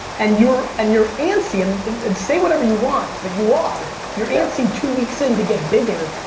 and you're and you're antsy. and and say whatever you want, but you are. you're antsy two weeks in to get bigger.